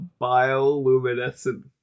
bioluminescent